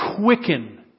quicken